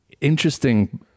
interesting